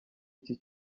icyi